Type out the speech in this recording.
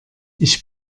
ich